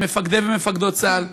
למפקדי ומפקדות צה"ל,